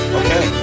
okay